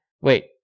wait